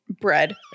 bread